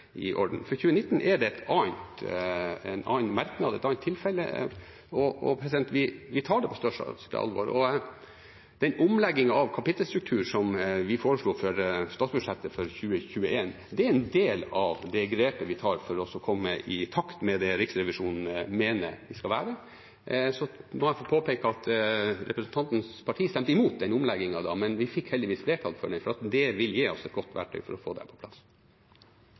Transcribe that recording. For 2019 er det en annen merknad, et annet tilfelle. Vi tar det på største alvor, og den omleggingen av kapittelstruktur som vi foreslo i statsbudsjettet for 2021, er en del av det grepet vi tar for å komme i takt med det Riksrevisjonen mener det skal være. Jeg må få påpeke at representantens parti stemte imot den omleggingen, men vi fikk heldigvis flertall for den, og det vil gi oss et godt verktøy for å få dette på plass.